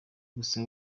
gusa